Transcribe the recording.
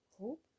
Hope